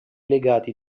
legati